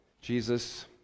Jesus